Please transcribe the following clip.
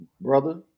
Brother